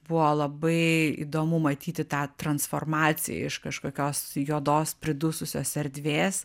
buvo labai įdomu matyti tą transformaciją iš kažkokios juodos pridususios erdvės